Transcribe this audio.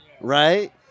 Right